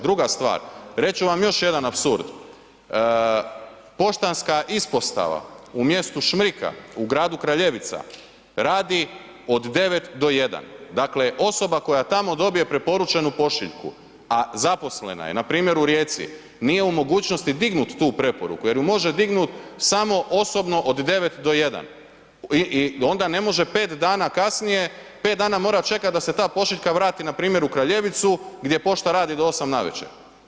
Druga stvar, reći ću vam još jedan apsurd, poštanska ispostava u mjestu Šmrika, u gradu Kraljevica, radi od 9 do 1, dakle osoba koja tamo dobije preporučenu pošiljku, a zaposlena je, npr. u Rijeci, nije u mogućnosti dignut tu preporuku jer ju može dignut samo osobno od 9 do 1 i onda ne može 5 dana kasnije, 5 dana mora čekat da se ta pošiljka vrati npr. u Kraljevicu gdje pošta radi do 8 navečer.